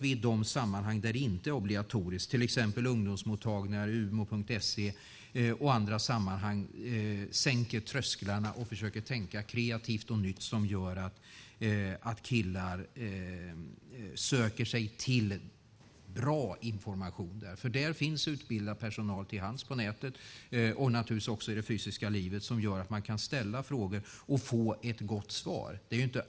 I de sammanhang där det inte är obligatoriskt - till exempel ungdomsmottagningar, Umo.se och andra sammanhang - bör vi sänka trösklarna och försöka tänka kreativt och nytt, så att killar söker sig till bra information. Det finns utbildad personal till hands på nätet och naturligtvis också i det fysiska livet. Det gör att man kan ställa frågor och få ett gott svar.